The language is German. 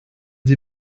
sie